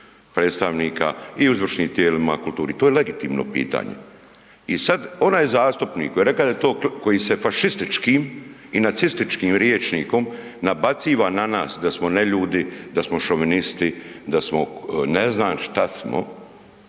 predstavnika i u izvršnim tijelima, kulturi, to je legitimno pitanje. I sada onaj zastupnik koji je rekao koji se fašističkim i nacističkim rječnikom nabaciva na nas da smo neljudi, da smo šovinisti, da ne znam šta smo,